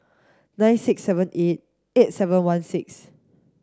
nine six seven eight eight seven one six